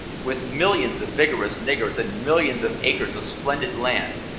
with millions of vigorous niggers and millions of acres of splendid land,